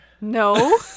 No